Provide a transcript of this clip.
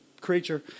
creature